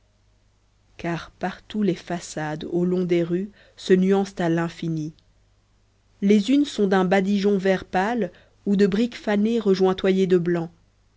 car partout les façades au long des rues se nuancent à l'infini les unes sont d'un badigeon vert pâle ou de briques fanées rejointoyées de blanc